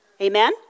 Amen